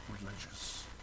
Religious